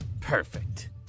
Perfect